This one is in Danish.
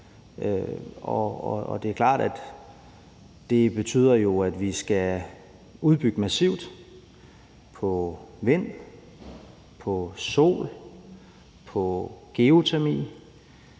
jo betyder, at vi skal udbygge massivt på vind, på sol, på geotermi,